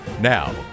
Now